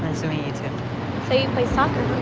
nice to meet you too. so you play soccer,